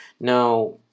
Now